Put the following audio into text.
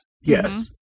Yes